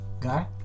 guy